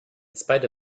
spite